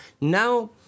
Now